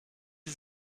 sie